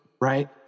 right